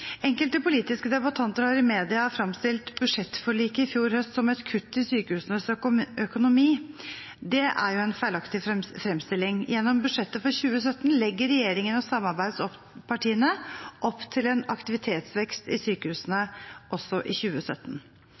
Enkelte politiske debattanter har i media fremstilt budsjettforliket i fjor høst som et kutt i sykehusenes økonomi. Det er en feilaktig fremstilling. Gjennom budsjettet for 2017 legger regjeringen og samarbeidspartiene opp til aktivitetsvekst i sykehusene også i 2017.